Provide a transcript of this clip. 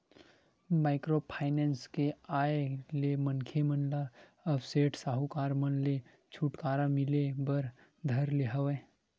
micro finance के आय ले मनखे मन ल अब सेठ साहूकार मन ले छूटकारा मिले बर धर ले हवय